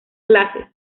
clases